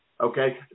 Okay